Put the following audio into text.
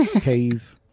cave